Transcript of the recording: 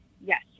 Yes